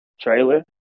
trailer